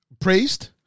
praised